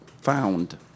Found